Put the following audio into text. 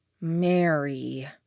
Mary